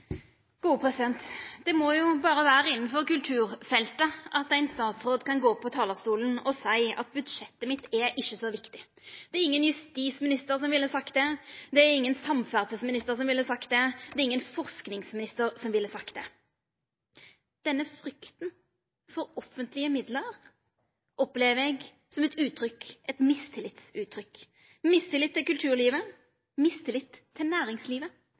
gode, men at de gjerne kunne vært tøffere. Det må berre vera innanfor kulturfeltet at ein statsråd kan gå opp på talarstolen og seia at budsjettet mitt ikkje er så viktig. Det er ingen justisminister som ville sagt det, ingen samferdselsminister ville sagt det, ingen forskingsminister ville sagt det. Denne frykta for offentlege midlar opplever eg som eit uttrykk for mistillit – mistillit til kulturlivet, mistillit til næringslivet.